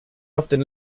often